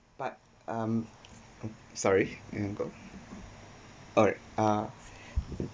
but um sorry I got alright uh